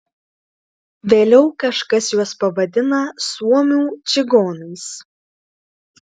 vėliau kažkas juos pavadina suomių čigonais